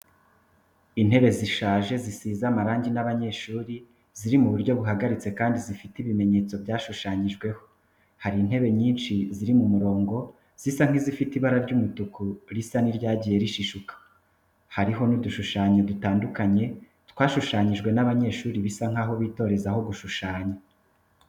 Intebe zishaje zisize amarangi n’abanyeshuri, ziri mu buryo buhagaritse kandi zifite ibimenyetso byashushanyijweho. Hari intebe nyinshi ziri mu murongo, zisa nk’izifite ibara ry’umutuku risa n’iryagiye rishishuka. Hariho n’udushushanyo dutandukanye, twashushanyijwe n'abanyeshuri bisa nkaho bitorezaho gushushanya.